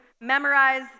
memorize